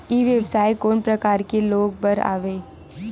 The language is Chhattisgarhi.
ई व्यवसाय कोन प्रकार के लोग बर आवे?